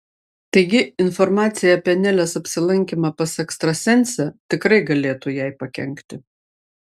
taigi informacija apie nelės apsilankymą pas ekstrasensę tikrai galėtų jai pakenkti